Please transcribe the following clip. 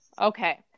Okay